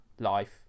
life